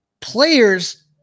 players